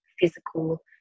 physical